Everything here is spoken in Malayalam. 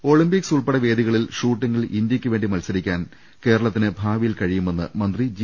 ഒളിംപിക്സ് ഉൾപ്പെടെ വേദികളിൽ ഷൂട്ടിംഗിൽ ഇന്ത്യ യ്ക്കുവേണ്ടി മത്സരിക്കാൻ കേരളത്തിന് ഭാവിയിൽ കഴി യുമെന്ന് മന്ത്രി ജി